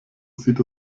sieht